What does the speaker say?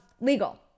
legal